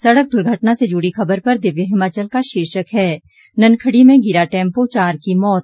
सड़क दुर्घटना से जुड़ी खबर पर दिव्य हिमाचल का शीर्षक है ननखड़ी में गिरा टैंपो चार की मौत